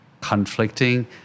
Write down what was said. conflicting